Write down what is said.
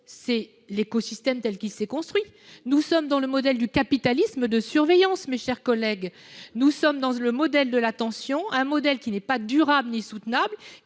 c'est l'écosystème tel qu'il s'est construit. Nous sommes dans le modèle du capitalisme de surveillance, mes chers collègues. Très bien ! Nous sommes dans le modèle de l'attention, un modèle qui n'est pas durable ni soutenable.